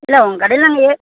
இல்லை உங்கள் கடையில் நாங்க ஏ